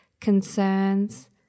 concerns